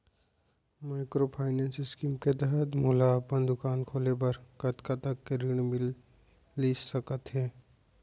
Microfinance scheme के तहत मोला अपन दुकान खोले बर कतना तक के ऋण मिलिस सकत हे?